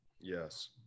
Yes